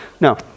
no